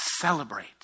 celebrate